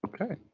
okay